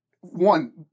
One